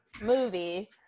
movie